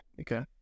Okay